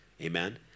Amen